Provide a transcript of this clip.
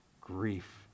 grief